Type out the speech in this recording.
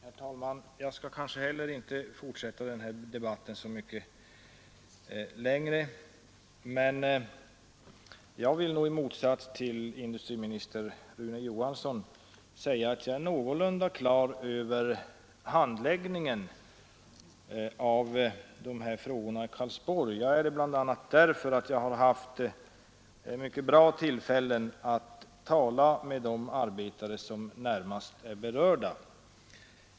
Herr talman! Jag skall kanske inte heller fortsätta den här debatten så mycket längre, men jag vill i motsats till industriminister Rune Johansson säga att jag är någorlunda på det klara med handläggningen av de frågor som rör Karlsborg, bl.a. därför att jag har haft mycket goda tillfällen att tala med de arbetare som närmast är berörda.